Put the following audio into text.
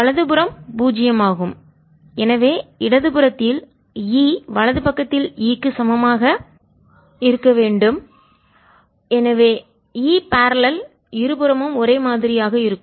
வலது புறம் பூஜ்ஜியமாகும் எனவே இடதுபுறத்தில் E வலது பக்கத்தில் E க்கு சமமாக இருக்க வேண்டும் எனவே E பரல்லெல்இணையான இருபுறமும் ஒரே மாதிரியாக இருக்கும்